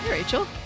Rachel